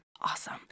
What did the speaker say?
awesome